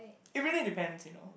it really depend you know